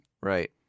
Right